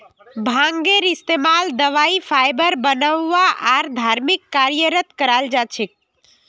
भांगेर इस्तमाल दवाई फाइबर बनव्वा आर धर्मिक कार्यत कराल जा छेक